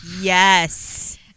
Yes